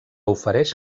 ofereix